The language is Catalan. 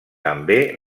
també